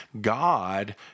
God